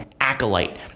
Acolyte